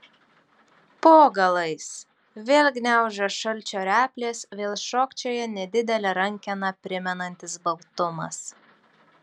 po galais vėl gniaužia šalčio replės vėl šokčioja nedidelę rankeną primenantis baltumas